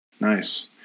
Nice